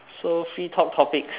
so free talk topics